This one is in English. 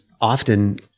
often